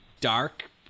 dark